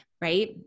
right